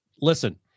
listen